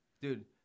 Dude